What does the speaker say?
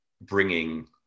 bringing